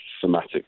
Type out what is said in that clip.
thematic